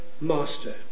master